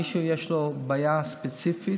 מי שיש לו בעיה ספציפית,